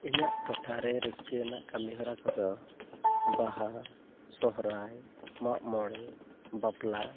ᱤᱧᱟᱹᱜ ᱴᱚᱴᱷᱟᱨᱮ ᱨᱟᱹᱥᱠᱟᱹ ᱟᱱᱟᱜ ᱠᱟᱹᱢᱤᱦᱚᱨᱟ ᱠᱚᱫᱚ ᱵᱟᱦᱟ ᱥᱚᱦᱨᱟᱭ ᱢᱟᱜᱢᱚᱬᱮ ᱵᱟᱯᱞᱟ